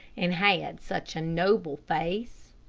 and had such a noble face.